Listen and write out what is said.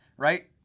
right?